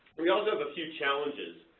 we also have a few challenges.